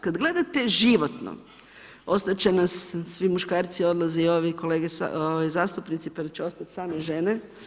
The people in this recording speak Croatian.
Kad gledate životno, ostat će nas, svi muškarci odlaze i ovi kolege zastupnici, pa će ostati same žene.